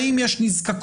האם יש נזקקות,